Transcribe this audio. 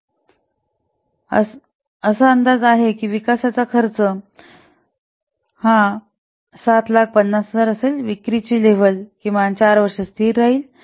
अहो असा अंदाज आहे की विकासाचा खर्च 750000 असेल विक्रीची पातळी किमान 4 वर्षे स्थिर राहील